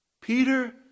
Peter